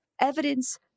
evidence